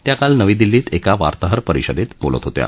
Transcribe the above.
त्या काल नवी दिल्लीत एका वार्ताहर परिषदप्न बोलत होत्या